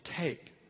take